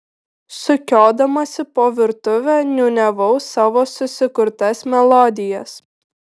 sukiodamasi po virtuvę niūniavau savo susikurtas melodijas